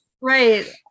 Right